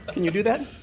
you do that?